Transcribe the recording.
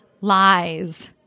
lies